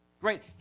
right